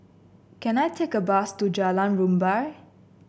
can I take a bus to Jalan Rumbia